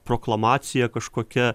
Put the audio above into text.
proklamacija kažkokia